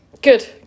Good